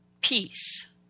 peace